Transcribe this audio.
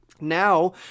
Now